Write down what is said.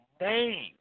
name